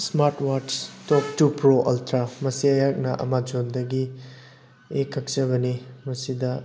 smart watch top two pro ultra ꯃꯁꯤ ꯑꯩꯍꯥꯛꯅ ꯑꯃꯥꯖꯣꯟꯗꯒꯤ ꯑꯩ ꯀꯛꯆꯕꯅꯤ ꯃꯁꯤꯗ